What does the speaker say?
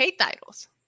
titles